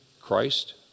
Christ